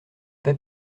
pas